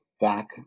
back